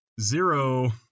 zero